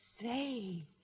Say